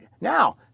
Now